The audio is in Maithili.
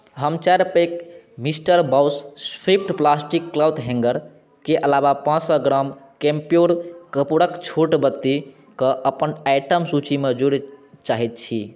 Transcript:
हम चारि पैक mister boss swift plastic cloth हैङ्गरके अलावा पाँच सए ग्राम कैम्प्योर कपूरक छोट बत्तीकेँ अपन आइटम सूचीमे जोड़य चाहैत छी